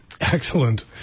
Excellent